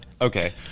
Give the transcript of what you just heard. okay